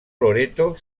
loreto